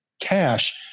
cash